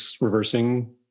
reversing